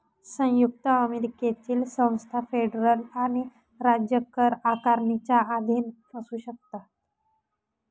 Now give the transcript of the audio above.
संयुक्त अमेरिकेतील संस्था फेडरल आणि राज्य कर आकारणीच्या अधीन असू शकतात